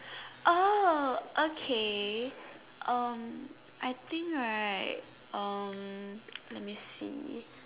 oh okay um I think right um let me see